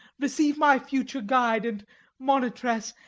receive my future guide and monitress,